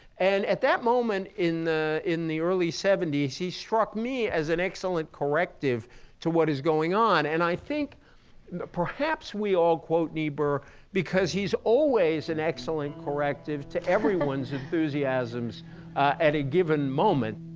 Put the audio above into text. and at that moment in the in the early zero he struck me as an excellent corrective to what is going on. and i think perhaps we all quote niebuhr because he's always an excellent corrective to everyone's enthusiasms at a given moment